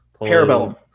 Parabellum